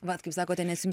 vat kaip sakote nes jums